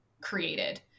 created